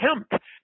attempt